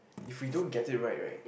if we don't get it right right